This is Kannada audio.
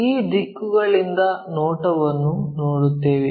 ಈ ದಿಕ್ಕುಗಳಿಂದ ನೋಟವನ್ನು ನೋಡುತ್ತೇವೆ